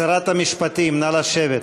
שרת המשפטים, נא לשבת.